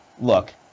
Look